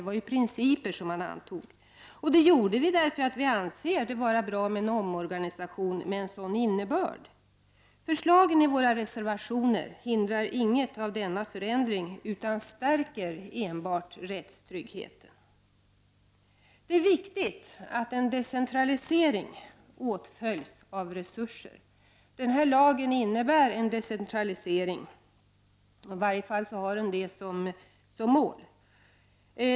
Vi ställde oss bakom dessa principer därför att vi anser det vara bra med en omorganisation med en sådan innebörd. Förslagen i våra reservationer hindrar inget av denna förändring, utan enbart stärker rättstryggheten. Det är viktigt att en decentralisering åtföljs av resurser. Den här lagen innebär en decentralisering — i varje fall har den en sådan som mål.